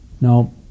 Now